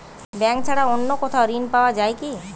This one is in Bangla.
ব্যাঙ্ক ছাড়া অন্য কোথাও ঋণ পাওয়া যায় কি?